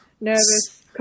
nervous